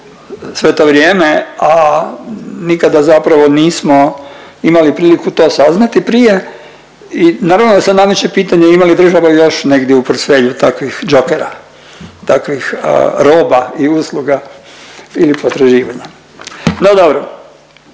sve to vrijeme, a nikada zapravo nismo imali priliku to saznati prije. I naravno da se nameće pitanje, ima li država još negdje u portfelju takvih džokera, takvih roba i usluga ili potraživanja? No dobro.